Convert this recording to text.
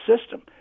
system